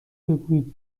بگویید